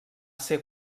ser